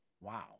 Wow